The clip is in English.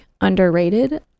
underrated